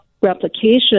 replication